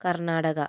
Karnataka